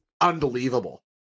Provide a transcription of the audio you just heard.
unbelievable